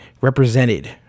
represented